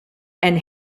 and